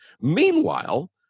Meanwhile